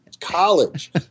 college